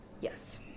yes